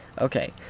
Okay